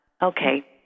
Okay